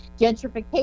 gentrification